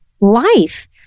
life